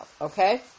Okay